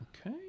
Okay